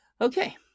Okay